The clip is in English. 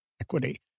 equity